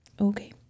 okay